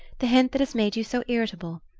the hint that has made you so irritable.